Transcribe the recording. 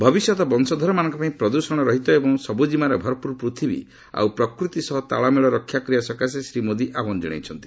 ଭବିଷ୍ୟତ ବଂଶଧରମାନଙ୍କ ପାଇଁ ପ୍ରଦ୍ଷଣ ରହିତ ଏବଂ ସବୁଜିମାରେ ଭରପୁର ପୂଥିବୀ ଆଉ ପ୍ରକୃତି ସହ ତାଳମେଳ ରକ୍ଷା କରିବା ସକାଶେ ଶ୍ରୀ ମୋଦି ଆହ୍ୱାନ ଜଣାଇଛନ୍ତି